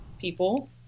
people